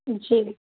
جی